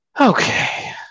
Okay